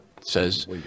says